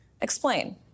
Explain